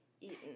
eaten